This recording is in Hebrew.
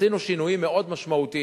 עשינו שינויים מאוד משמעותיים,